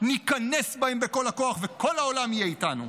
ניכנס בהם בכל הכוח וכל העולם יהיה איתנו.